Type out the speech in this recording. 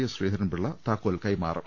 S Sreedharan Pillai താക്കോൽ കൈമാറും